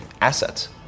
assets